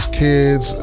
kids